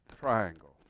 triangle